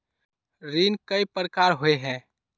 ऋण कई प्रकार होए है?